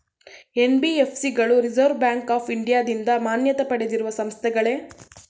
NBFC ಗಳು Reserve Bank of ಇಂಡಿಯಾದಿಂದ ಮಾನ್ಯತೆ ಪಡೆದಿರುವ ಸಂಸ್ಥೆಗಳೇ?